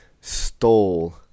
stole